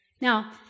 Now